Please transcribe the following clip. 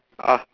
ah